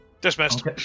Dismissed